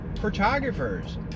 photographers